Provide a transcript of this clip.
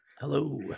Hello